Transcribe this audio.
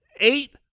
eight